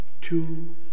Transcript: two